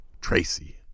Tracy